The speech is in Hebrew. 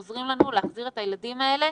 עוזרים לנו להחזיר את הילדים האלה